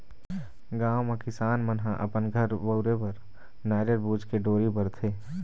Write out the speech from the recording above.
गाँव म किसान मन ह अपन घर बउरे बर नरियर बूच के डोरी बरथे